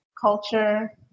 culture